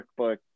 workbook